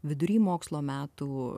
vidury mokslo metų